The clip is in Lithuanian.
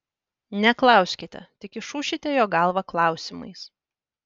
neklauskite tik išūšite jo galvą klausimais